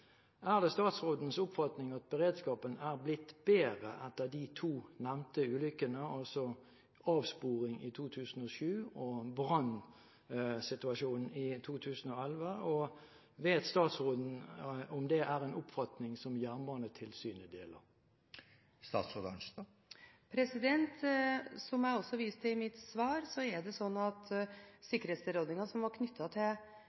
Er det statsrådens oppfatning at beredskapen er blitt bedre etter de to nevnte ulykkene, altså avsporingen i 2007 og brannsituasjonen i 2011? Vet statsråden om dette er en oppfatning som Jernbanetilsynet deler? Som jeg viste til i mitt svar, er sikkerhetstilrådninger knyttet til tidligere jernbaneulykker på Bergensbanen gitt av havarikommisjonen under aktiv oppfølging. Jernbanevirksomhetene er